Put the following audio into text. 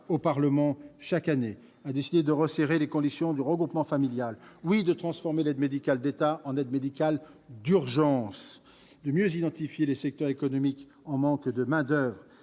au Parlement chaque année ; de resserrer les conditions du regroupement familial ; de transformer- oui ! -l'aide médicale de l'État en aide médicale d'urgence et de mieux identifier les secteurs économiques en manque de main-d'oeuvre.